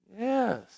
Yes